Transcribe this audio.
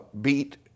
beat